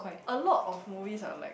a lot of movies are like